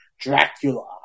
Dracula